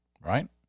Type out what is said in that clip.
Right